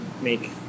make